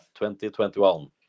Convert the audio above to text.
2021